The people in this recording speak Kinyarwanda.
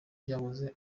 byahoze